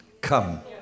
Come